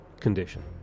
Condition